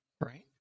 Right